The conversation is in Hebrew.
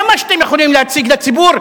זה מה שאתם יכולים להציג לציבור,